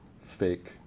fake